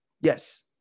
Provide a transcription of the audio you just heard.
Yes